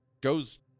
goes